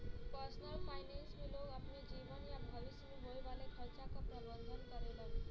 personal finance में लोग अपने जीवन या भविष्य में होये वाले खर्चा क प्रबंधन करेलन